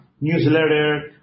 newsletter